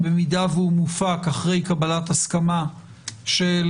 במידה והוא מופק אחרי קבלת הסכמה של